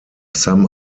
some